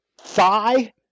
thigh